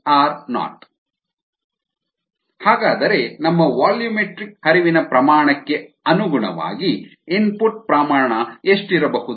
riro ಹಾಗಾದರೆ ನಮ್ಮ volumetric ಹರಿವಿನ ಪ್ರಮಾಣಕ್ಕೆ ಅನುಗುಣವಾಗಿ ಇನ್ಪುಟ್ ಪ್ರಮಾಣ ಎಷ್ಟಿರಬಹುದು